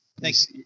Thanks